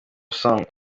song